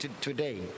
today